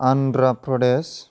Andhra Pradesh